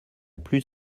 plus